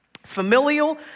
Familial